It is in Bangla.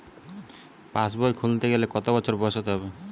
পাশবই খুলতে গেলে কত বছর বয়স হতে হবে?